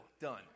done